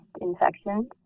infections